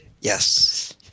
Yes